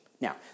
Now